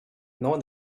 nor